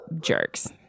jerks